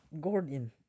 Gordon